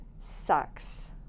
sucks